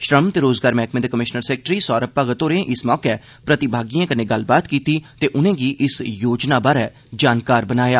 श्रम ते रोजगार मैहकमे दे कमिशनर सैक्रेटरी सौरम भगत होरें इस मौके प्रतिभागिएं कन्नै गल्लबात कीती ते उनेंगी इस योजना बारै जानकार बनाया